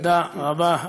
תודה רבה,